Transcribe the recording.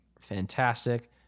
fantastic